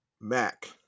Mac